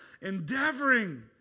Endeavoring